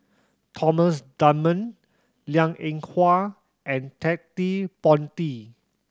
Thomas Dunman Liang Eng Hwa and Ted De Ponti